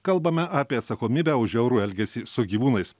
kalbame apie atsakomybę už žiaurų elgesį su gyvūnais